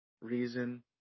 reason